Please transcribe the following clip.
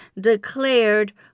declared